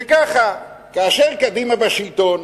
שככה, כאשר קדימה בשלטון,